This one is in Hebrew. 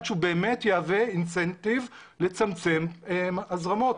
שהוא באמת יהווה אינסנטיב לצמצם הזרמות,